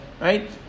Right